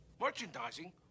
Merchandising